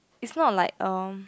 is not like um